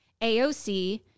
AOC